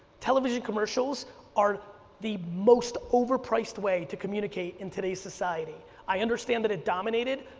television commercials are the most overpriced way to communicate in today's society. i understand that it dominated,